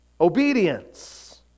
obedience